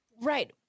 Right